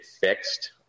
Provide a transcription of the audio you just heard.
fixed